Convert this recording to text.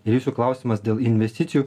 ir jūsų klausimas dėl investicijų